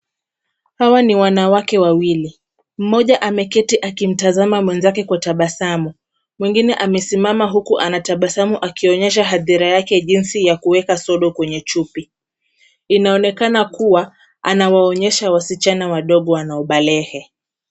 Hawa ni wanawake wawili. Mmoja ameketi akimtazama mwenzake kwa tabasamu. Mwingine amesimama huku ana tabasamu akionyesha hadhira yake jinsi ya kuweka sodo kwenye chupi. Inaonekana kuwa anawaonyesha wasichana wadogo wanao baleghe.